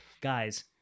guys